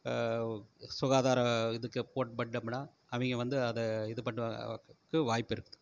சுகாதார இதுக்கு ஃபோன் பண்ணம்னால் அவங்க வந்து அதை இது பண்ணறக்கு வாய்ப்பு இருக்குது